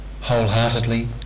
wholeheartedly